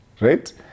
right